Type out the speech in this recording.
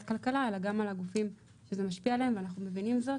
הכלכלה אלא גם על הגופים שזה משפיע עליהם ואנחנו מבינים זאת.